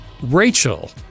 Rachel